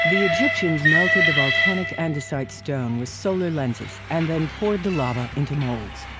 the egyptians melted the volcanic andesite stone with solar lenses and then poured the lava into molds.